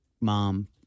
mom